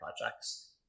projects